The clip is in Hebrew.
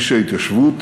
איש ההתיישבות.